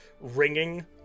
ringing